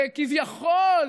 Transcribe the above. וכביכול